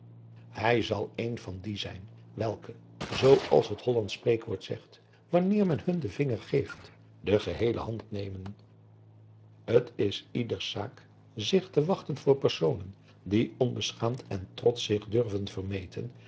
hij zal een van die zijn welke zoo als het hollandsch spreekwoord zegt wanneer men hun den vinger geeft de geheele hand nemen t is ieders zaak zich te wachten voor personen die onbeschaamd en trotsch zich durven vermeten